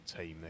team